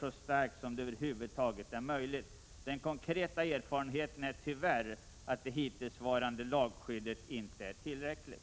så starkt som det över huvud taget är möjligt. Den konkreta erfarenheten är tyvärr att det hittillsvarande lagskyddet inte är tillräckligt.